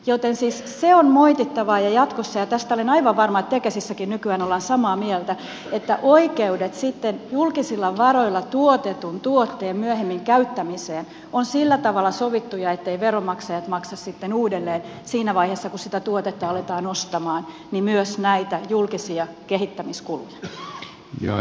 joten siis se on moitittavaa ja jatkossa ja tästä olen aivan varma että tekesissäkin nykyään ollaan samaa mieltä oikeudet sitten julkisilla varoilla tuotetun tuotteen myöhemmin käyttämiseen ovat sillä tavalla sovittuja etteivät veronmaksajat maksa sitten uudelleen siinä vaiheessa kun sitä tuotetta aletaan ostaa myös näitä julkisia kehittämiskuluja